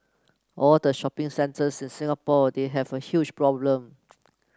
all the shopping centres in Singapore they have a huge problem